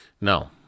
no